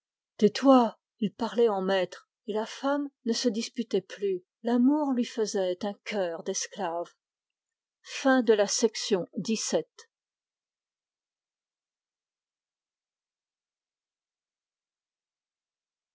tais-toi il parlait en maître et la femme ne se disputait plus l'amour lui faisait un cœur d'esclave